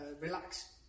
relax